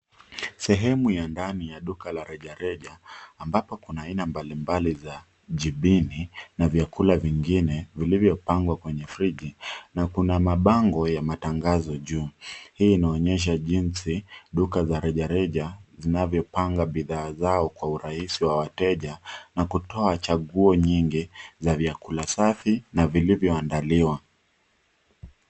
Sehemu ya ndani ya duka la rejareja ambapo kuna aina mbalimbali za jibini na vyakula vingine vilivyopangwa kwenye friji na kuna mabango ya matangazo juu. Hii inaonyesha jinsi duka za rejareja zinavyopanga bidhaa zao kwa urahisi wa wateja na kutoa chaguo nyingi za vyakula safi na vilivyoandaliwa.